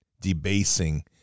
debasing